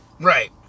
Right